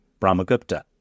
Brahmagupta